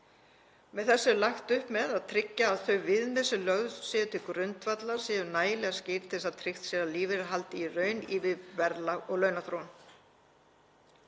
Með þessu er lagt upp með að tryggja að þau viðmið sem lögð séu til grundvallar séu nægilega skýr til þess að tryggt sé að lífeyrir haldi í raun í við verðlag og launaþróun.